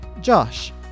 Josh